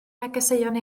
negeseuon